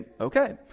okay